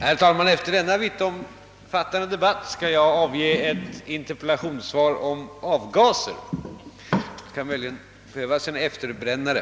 Herr talman! Efter denna vittomfattande debatt skall jag avge ett interpellationssvar om avgaser — det kan möjligen behövas en efterbrännare!